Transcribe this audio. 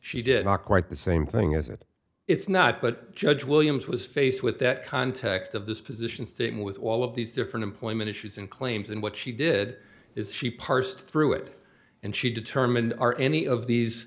she did not quite the same thing is that it's not but judge williams was faced with that context of this position sticking with all of these different employment issues and claims and what she did is she parsed through it and she determined are any of these